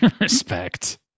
Respect